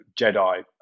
Jedi